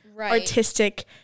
artistic